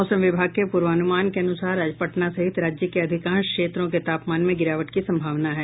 मौसम विभाग के पूर्वानूमान के अनूसार आज पटना सहित राज्य के अधिकांश क्षेत्रों के तापमान में गिरावट की सम्भावना है